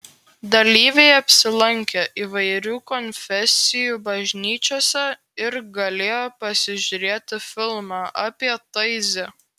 dalyviai apsilankė įvairių konfesijų bažnyčiose ir galėjo pasižiūrėti filmą apie taizė